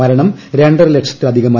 മരണം രണ്ടര ലക്ഷത്തിലധികമായി